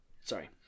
sorry